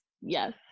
Yes